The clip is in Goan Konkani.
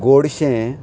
गोडशें